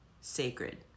sacred